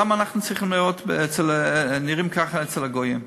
למה אנחנו נראים כך אצל הגויים?